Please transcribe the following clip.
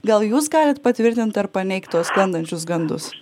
gal jūs galit patvirtint ar paneigt tuos sklandančius gandus